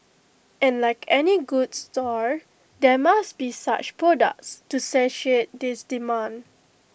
and like any good store there must be such products to satiate this demand